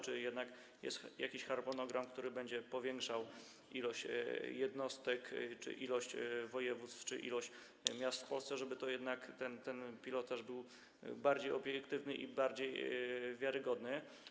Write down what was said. Czy jednak jest jakiś harmonogram, który będzie zwiększał ilość jednostek, ilość województw czy ilość miast w Polsce, żeby ten pilotaż był bardziej obiektywny i bardziej wiarygodny?